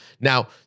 Now